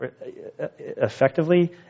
effectively